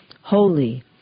holy